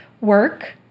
Work